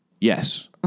Yes